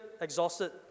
exhausted